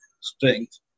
strength